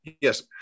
Yes